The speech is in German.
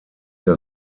der